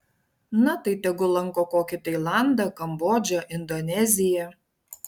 na tai tegul lanko kokį tailandą kambodžą indoneziją